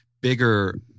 bigger